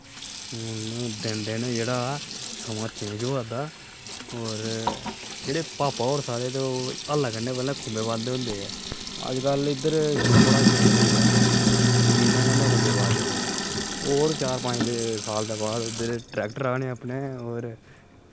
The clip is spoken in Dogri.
हुन दिन दिन जेह्ड़ा समां चेंज होआ दा होर जेह्ड़े भापा होर साढ़े ते ओह् हल्ला कन्नै पैह्लें खुंबे बांह्दे होंदे हे ते अजकल इद्धर सिस्टम बड़ा चेंज होई गेदा मशीनें कन्नै गै खुंब बाह् दे लोक होर चार पंज साल दे बाद इद्धर ट्रैक्टर औने अपने होर